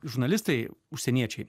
žurnalistai užsieniečiai